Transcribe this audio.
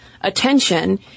attention